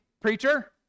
preacher